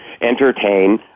entertain